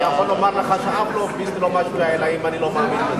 אני יכול לומר לך שאף לוביסט לא בא אלי אם אני לא מאמין.